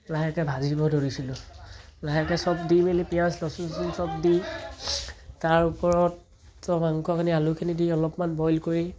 লাহেকৈ ভাজিব ধৰিছিলোঁ লাহেকৈ চব দি মেলি পিঁয়াজ লচুন সব দি তাৰ ওপৰত সব মাংসখিনি আলুখিনি দি অলপমান বইল কৰি